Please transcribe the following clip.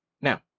Now